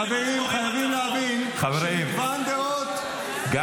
חייבים להבין שמגוון דעות --- חברים,